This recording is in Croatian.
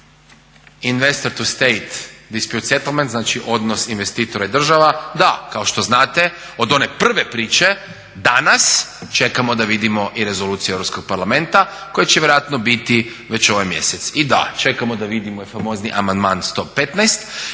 investor to state dispute settlement, znači odnos investitora i država. Da, kao što znate od one prve priče danas čekamo da vidimo i rezolucije Europskog parlamenta koji će vjerojatno biti već ovaj mjesec. I da, čekamo da vidimo i famozni amandman 115.